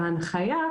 וההנחיה,